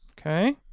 Okay